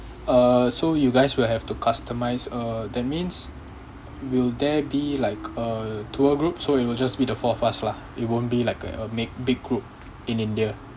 uh so you guys will have to customize uh that means will there be like a tour group so it will just be the four of us lah it won't be like uh make big group in india